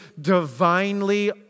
divinely